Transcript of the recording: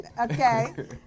Okay